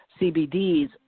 CBDs